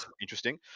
interesting